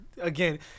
again